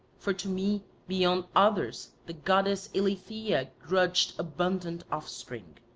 for to me beyond others the goddess eileithyia grudged abundant offspring.